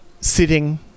sitting